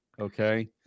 Okay